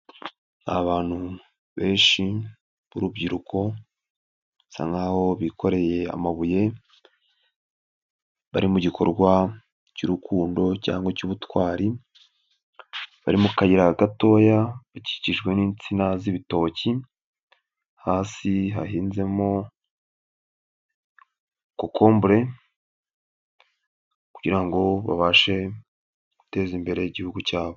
Abantu benshi b'urubyiruko basa nkaho bikoreye amabuye bari mu gikorwa cy'urukundo cyangwa cy'ubutwari, bari mu kayira gatoya bakikijwe n'insina z'ibitoki, hasi hahinzemo kokombure kugira ngo babashe guteza imbere igihugu cyabo.